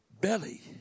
belly